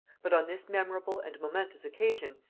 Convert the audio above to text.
but on this memorable and momentous occasion,